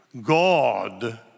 God